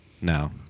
No